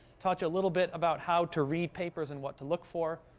taught you a little bit about how to read papers and what to look for.